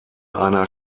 einer